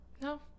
no